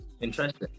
interesting